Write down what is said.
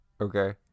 okay